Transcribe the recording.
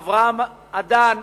אברהם אדן,